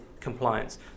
compliance